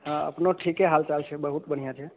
हँ अपनो ठीके हाल चाल छै बहुत बढ़िआँ छै